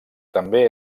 també